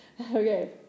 Okay